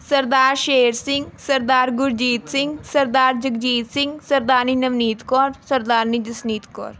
Sardar Sher Singh Sardar Gurjeet Singh Sardar Jagjeet Singh Sardarni Navneet Kaur Sardarni Jasneet Kaur